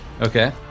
Okay